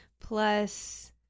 plus